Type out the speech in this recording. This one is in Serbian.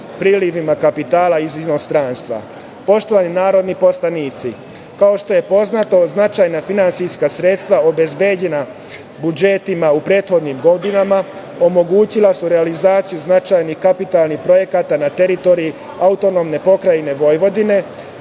prilivima kapitala iz inostranstva. Poštovani narodni poslanici, kao što je poznato, značajna finansijska sredstva obezbeđena budžetima u prethodnim godinama omogućila su realizaciju značajnih kapitalnih projekata na teritoriji AP Vojvodine,